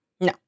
No